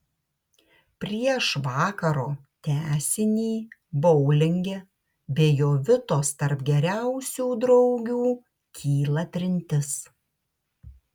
prieš vakaro tęsinį boulinge be jovitos tarp geriausių draugių kyla trintis